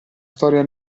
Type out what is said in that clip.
storia